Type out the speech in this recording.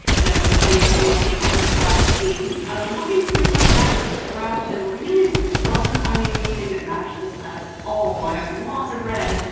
and i've done the same thing on the other side seam. i was looking through my bag of scraps and really wasn't finding anything that matched this at all. i have lots of red,